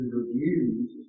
reviews